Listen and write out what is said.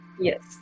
Yes